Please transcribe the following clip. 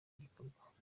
gikorwa